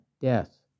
death